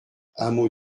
hameau